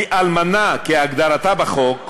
כי אלמנה כהגדרתה בחוק,